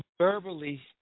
verbally